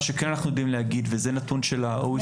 מה שכן אנחנו יודעים להגיד וזה נתון של ה-OECD.